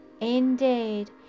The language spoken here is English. indeed